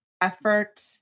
effort